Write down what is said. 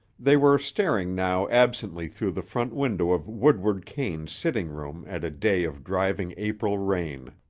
they were staring now absently through the front window of woodward kane's sitting-room at a day of driving april rain.